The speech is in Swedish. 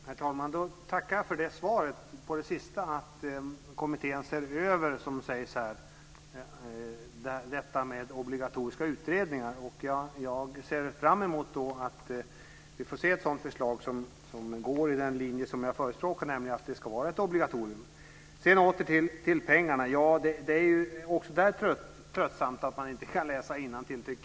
Herr talman! Jag tackar för svaret på det sista. Det sägs alltså här att kommittén ser över det här med obligatoriska utredningar. Jag ser fram emot att vi får se ett förslag som går i den linje som jag förespråkar, nämligen att det ska vara ett obligatorium. Om vi återgår till pengarna så är det också där tröttsamt att man inte kan läsa innantill.